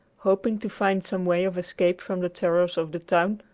hoping to find some way of escape from the terrors of the town,